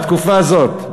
בתקופה הזאת,